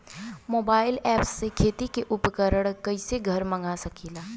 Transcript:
Mobile ऐपसे खेती के उपकरण कइसे घर मगा सकीला?